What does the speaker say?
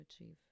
achieve